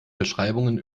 beschreibungen